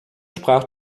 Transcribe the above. sprach